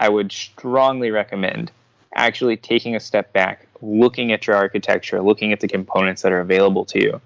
i would strongly recommend actually taking a step back, looking at your architecture, looking at the components that are available to you